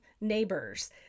neighbors